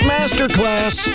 Masterclass